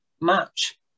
match